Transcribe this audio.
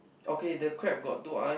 okay the crab got two eye